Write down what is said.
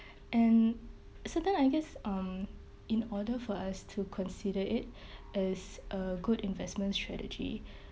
and certain I guess um in order for us to consider it as a good investment strategy